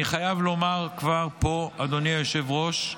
אני חייב לומר כבר פה, אדוני היושב-ראש,